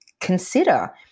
consider